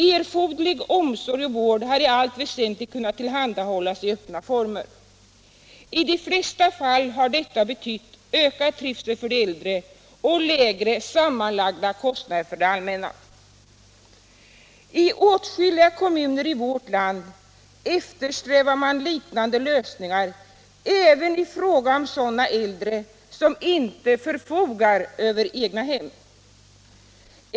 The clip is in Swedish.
Erforderlig omsorg och vård har i allt väsentligt kunnat tillhandahållas i öppna former. I de flesta fall har detta betytt ökad trivsel för de äldre och lägre sammanlagda kostnader för det allmänna. I åtskilliga kommuner eftersträvar man liknande lösningar även i fråga om sådana äldre som inte förfogar över egnahem.